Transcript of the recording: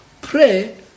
pray